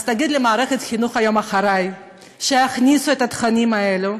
אז תגיד היום למערכת החינוך "אחרי": שיכניסו את התכנים האלה,